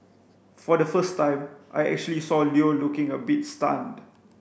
for the first time I actually saw Leo looking a bit stunned